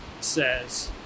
says